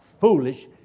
foolish